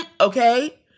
okay